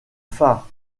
phares